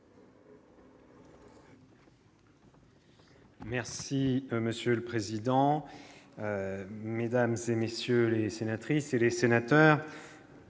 Merci, monsieur le président. Mesdames, messieurs les sénatrices et les sénateurs,